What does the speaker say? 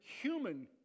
human